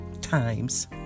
times